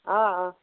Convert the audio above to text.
অঁ অঁ